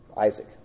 Isaac